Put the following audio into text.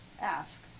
ask